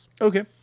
Okay